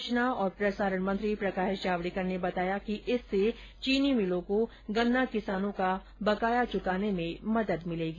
सूचना और प्रसारण मंत्री प्रकाश जावडेकर ने बताया कि इससे चीनी मिलों को गन्ना किसानों का बकाया चुकाने में मदद मिलेगी